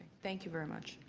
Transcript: thank you very much.